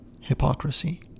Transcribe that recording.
hypocrisy